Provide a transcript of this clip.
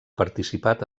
participat